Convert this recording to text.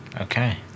Okay